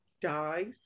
die